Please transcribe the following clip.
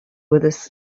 with